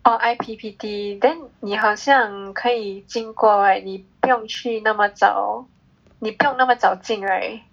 oh I_P_P_T then 你好像可以经过 right 你不用去那么早你不用那么早进 right